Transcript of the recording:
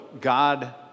God